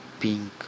pink